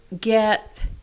get